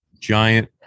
giant